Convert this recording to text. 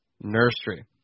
Nursery